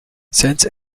since